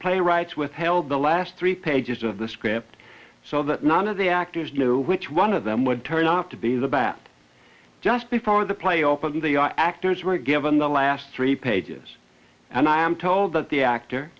playwrights withheld the last three pages of the script so that none of the actors knew which one of them would turn off to be the bat just before the play opened the actors were given the last three pages and i'm told that the actor